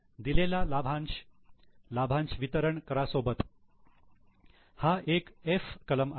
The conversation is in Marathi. दिलेला लाभांश लाभांश वितरण करा सोबत हा एक 'F' कलम आहे